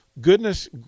goodness